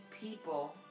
people